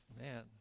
man